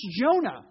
Jonah